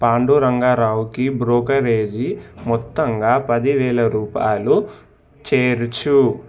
పాండురంగా రావుకి బ్రోకరేజీ మొత్తంగా పది వేల రూపాయలు చేర్చు